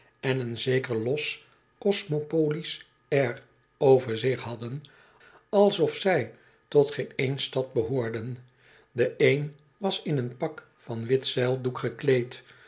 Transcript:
en een zeker los cosmopolisch air over zich hadden alsof zij tot geen een stad behoorden de een was in een pak van wit zeildoek gekleed